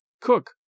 cook